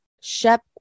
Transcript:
Shep